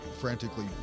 frantically